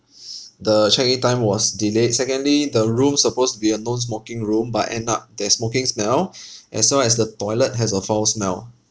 the check in time was delayed secondly the room supposed to be a non smoking room but end up there's smoking smell as well as the toilet has a foul smell